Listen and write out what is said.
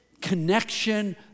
connection